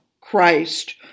Christ